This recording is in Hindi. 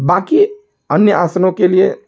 बाकी अन्य आसनों के लिए